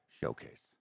showcase